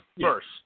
first